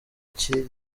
cy’i